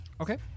Okay